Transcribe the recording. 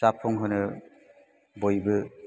जाफुंहोनो बयबो